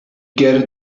get